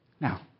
Now